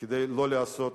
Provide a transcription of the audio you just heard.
כדי לא לעשות